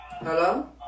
Hello